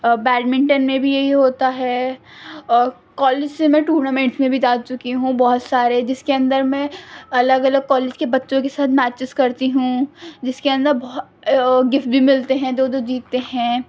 badminton میں بھی یہی ہوتا ہے اور کالج سے میں ٹورنامنٹ میں بھی جا چکی ہوں بہت سارے جس کے اندر میں الگ الگ کالج کے بچوں کے ساتھ میچیز کرتی ہوں جس کے اندر بہت گفٹ بھی ملتے ہیں جو جو جیتے ہیں